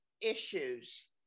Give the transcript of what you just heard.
issues